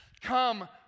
come